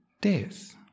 death